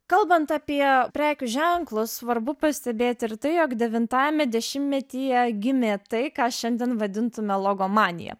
kalbant apie prekių ženklus svarbu pastebėti ir tai jog devintajame dešimtmetyje gimė tai ką šiandien vadintumėme logomanija